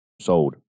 Sold